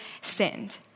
sinned